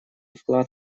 вклад